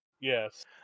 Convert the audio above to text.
Yes